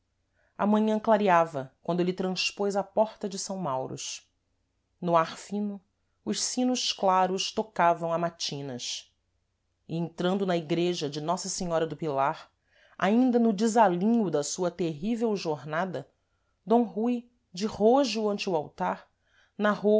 a manhã clareava quando êle transpôs a porta de s mauros no ar fino os sinos claros tocavam a matinas e entrando na igreja de nossa senhora do pilar ainda no desalinho da sua terrível jornada d rui de rôjo ante o altar narrou